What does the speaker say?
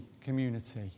community